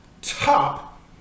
top